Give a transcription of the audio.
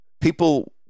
people